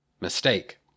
mistake